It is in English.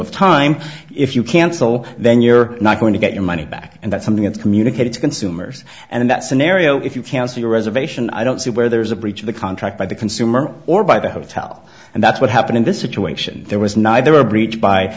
of time if you cancel then you're not going to get your money back and that something is communicated to consumers and that scenario if you cancel your reservation i don't see where there is a breach of the contract by the consumer or by the hotel and that's what happened in this situation there was neither a breach by